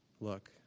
Look